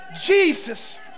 Jesus